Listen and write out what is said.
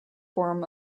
form